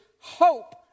hope